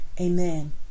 Amen